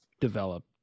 develop